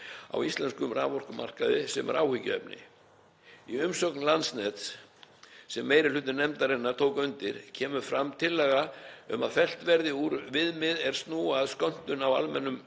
á íslenskum raforkumarkaði, sem er áhyggjuefni. Í umsögn Landsnets, sem meiri hluti nefndarinnar tók undir, kemur fram tillaga um að fellt verði út viðmið er snúa að skömmtun fyrir almennan